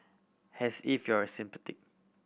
has if you're a sceptic